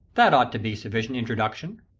that ought to be sufficient introduction.